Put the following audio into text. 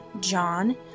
John